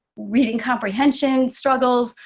reading comprehension struggles,